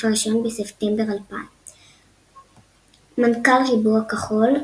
הסניף הראשון בספטמבר 2000. מנכ"ל ריבוע כחול,